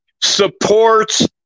supports